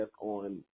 on